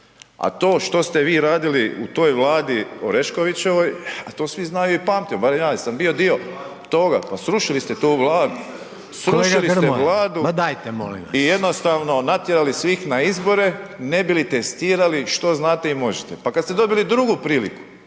A to što ste vi radili u toj vladi Oreškovićevoj, a to svi znaju i pamte, barem ja jer sam bio dio toga, pa srušili ste tu vladu, srušili ste vladu …/Upadica: Kolega Grmoja, ma dajte molim vas./… i jednostavno natjerali svih na izbore ne bi li testirali što znate i možete. Pa kad ste dobili drugi priliku